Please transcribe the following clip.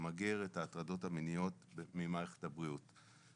למגר את ההטרדות המיניות ממערכת הבריאות.